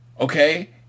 okay